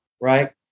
right